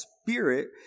Spirit